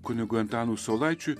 kunigui antanui saulaičiui